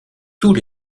tous